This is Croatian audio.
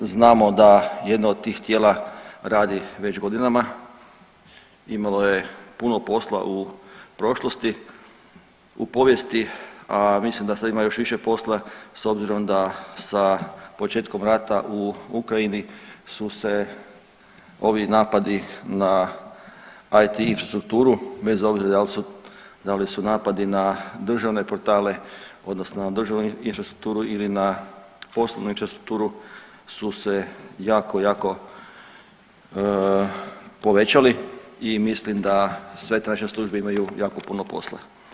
Znamo da jedno od tih tijela radi već godinama, imalo je puno posla u prošlosti, u povijesti, a mislim da sad ima još više posla s obzirom da sa početkom rata u Ukrajini su se ovi napadi na IT infrastrukturu, bez obzira da li su napadi na državne portale, odnosno na državnu infrastrukturu ili na poslovnu infrastrukturu su se jako, jako povećali i mislim da sve te naše službe imaju jako puno posla.